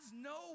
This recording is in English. no